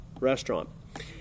restaurant